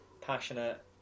passionate